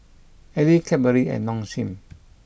Elle Cadbury and Nong Shim